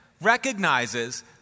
recognizes